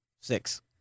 Six